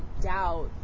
doubt